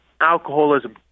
alcoholism